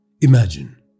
Imagine